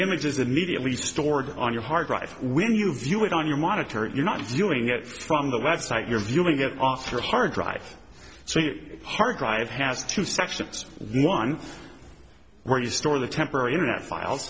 images immediately stored on your hard drive when you view it on your monitor if you're not doing it from the website you're viewing it off your hard drive so you harddrive has two sections one where you store the temporary internet files